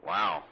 Wow